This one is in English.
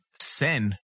sin